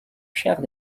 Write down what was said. chaire